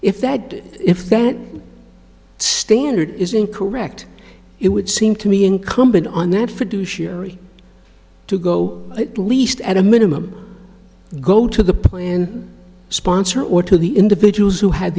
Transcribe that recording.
if that if that standard is incorrect it would seem to me incumbent on that fiduciary to go at least at a minimum go to the plan sponsor or to the individuals who had